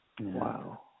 Wow